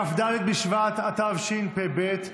כ"ד בשבט התשפ"ב,